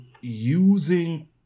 using